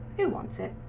it wants it.